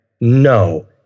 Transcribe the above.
No